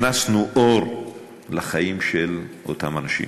הכנסנו אור לחיים של אותם אנשים.